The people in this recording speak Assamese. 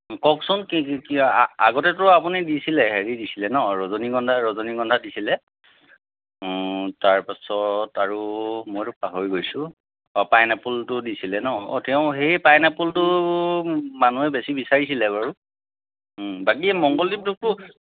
কওকচোন কি কি আগতেটো আপুনি দিছিলে হেৰি দিছিলে ন অঁ ৰজনীগন্ধা ৰজনীগন্ধা দিছিলে তাৰ পিছত আৰু মইটো পাহৰি গৈছোঁ পাইনআপেলটোও দিছিলে ন অঁ তেও সেই পাইনআপলটোও মানুহে বেছি বিচাৰিছিলে বাৰু বাকী মংগলদীপ ধূপো